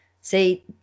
say